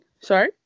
Sorry